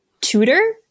tutor